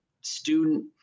student